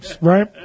right